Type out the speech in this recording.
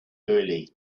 early